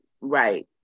right